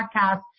podcast